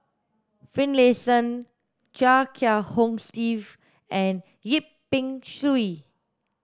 Finlayson Chia Kiah Hong Steve and Yip Pin Xiu